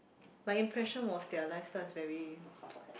my impression was their lifestyle's very